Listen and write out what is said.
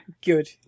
Good